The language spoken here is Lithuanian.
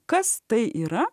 kas tai yra